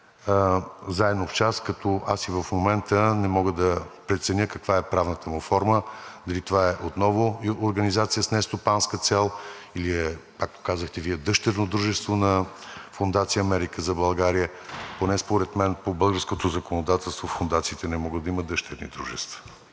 „Заедно в час“. Аз и в момента не мога да преценя каква е правната му форма – дали това е отново организация с нестопанска цел, или е, както казахте Вие, дъщерно дружество на Фондация „Америка за България“. Поне според мен по българското законодателство фондациите не могат да имат дъщерни дружества.